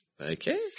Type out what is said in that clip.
Okay